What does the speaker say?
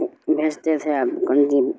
بھیجتے تھے اب کون چیز